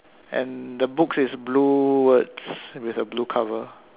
and the books is blue words with a blue cover